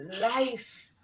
life